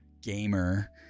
gamer